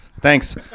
Thanks